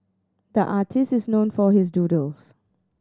the artist is known for his doodles